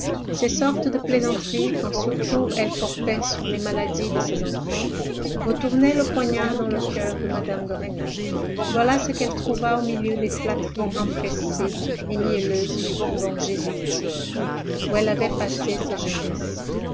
ces sortes de plaisanteries quand surtout elles portaient sur les maladies de ses enfants retournaient le poignard dans le coeur de mme de rênal voilà ce qu'elle trouva au milieu des flatteries empressées et mielleuses du couvent jésuitique où elle avait passé sa jeunesse